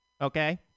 okay